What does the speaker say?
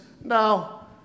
now